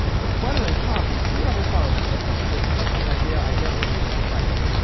but butter and coffee? who ever thought of that? that's such a disgusting idea, i never even tried it.